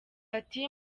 ati